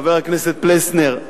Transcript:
חבר הכנסת פלסנר,